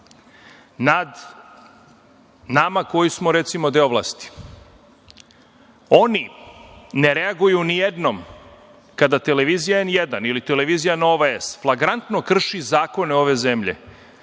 nad nama koji smo, recimo, deo vlasti. Oni ne reaguju nijednom kada televizija N1 ili televizija Nova S, flagrantno krši zakon ove zemlje,